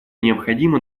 необходимо